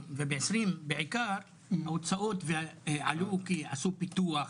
ובעיקר ההוצאות עלו כי עשו פיתוח,